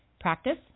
practice